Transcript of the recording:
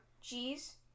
cheese